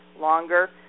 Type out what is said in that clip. longer